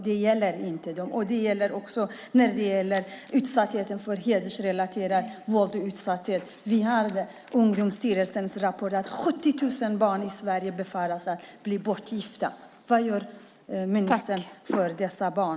Det handlar också om utsattheten för hedersrelaterat våld. Ungdomsstyrelsens rapport säger att 70 000 barn i Sverige befaras bli bortgifta. Vad gör ministern för dessa barn?